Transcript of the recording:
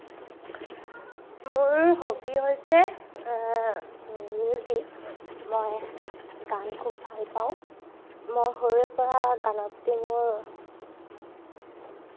মোৰ হবি হৈছে মিউজিক মই গান খুব ভাল পাওঁ মই সৰুৰে পৰা গানতে মোৰ